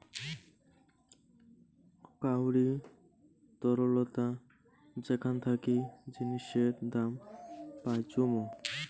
কাউরি তরলতা যেখান থাকি জিনিসের দাম পাইচুঙ